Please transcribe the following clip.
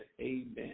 amen